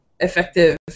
Effective